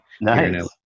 Nice